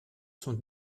sont